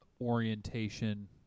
orientation